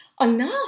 Enough